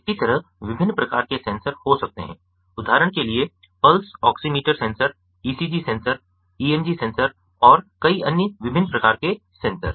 इसी तरह विभिन्न प्रकार के सेंसर हो सकते हैं उदाहरण के लिए pulse oximeter sensor ECG sensor EMG sensor और कई अन्य विभिन्न प्रकार के सेंसर